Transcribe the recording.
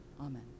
Amen